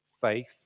faith